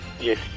yes